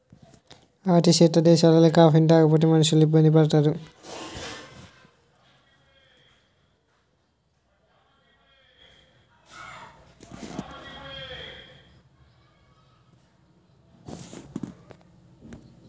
అతి శీతల దేశాలలో కాఫీని తాగకపోతే మనుషులు ఇబ్బంది పడతారు